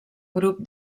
grup